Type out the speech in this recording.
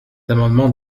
amendement